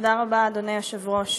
תודה רבה, אדוני היושב-ראש.